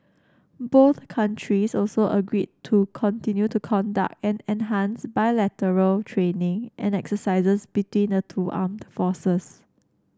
both countries also agreed to continue to conduct and enhance bilateral training and exercises between the two armed forces